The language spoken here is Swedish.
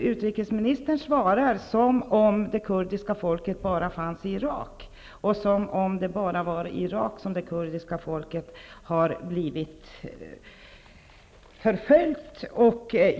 Utrikesministern svarar som om det kurdiska folket bara fanns i Irak och som om det bara var i Irak som det kurdiska folket har blivit förföljt.